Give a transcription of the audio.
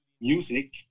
music